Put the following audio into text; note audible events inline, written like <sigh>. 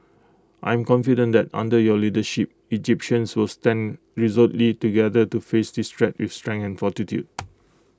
I am confident that under your leadership Egyptians will stand <unintelligible> together to face this threat with strength and fortitude